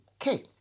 okay